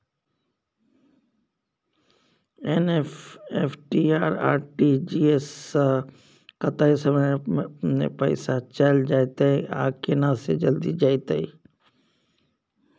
NEFT आ RTGS स कत्ते समय म पैसा चैल जेतै आ केना से जल्दी जेतै?